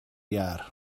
iâr